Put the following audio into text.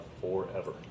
forever